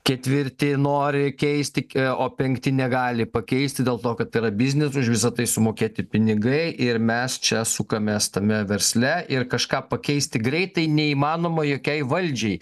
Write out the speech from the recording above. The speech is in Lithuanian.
ketvirti nori keisti o penkti negali pakeisti dėl to kad yra biznis už visa tai sumokėti pinigai ir mes čia sukamės tame versle ir kažką pakeisti greitai neįmanoma jokiai valdžiai